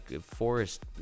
forest